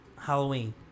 Halloween